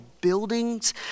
Buildings